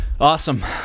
Awesome